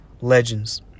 legends